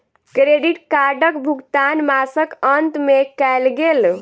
credit कार्डक भुगतान मासक अंत में कयल गेल